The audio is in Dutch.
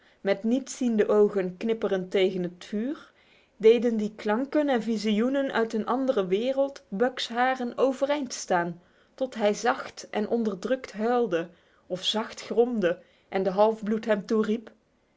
met niets ziende ogen knippend tegen het vuur deden die klanken en visioenen uit een andere wereld buck's haren overeind staan tot hij zacht en onderdrukt huilde of zacht gromde en de halfbloed hem toeriep